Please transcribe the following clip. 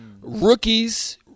Rookies